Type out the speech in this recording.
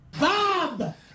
Bob